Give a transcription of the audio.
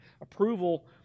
approval